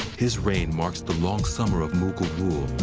his reign marks the long summer of mughal rule,